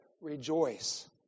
rejoice